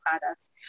products